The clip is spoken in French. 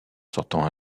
sortant